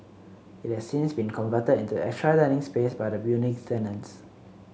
it has since been converted into extra dining space by the building's tenants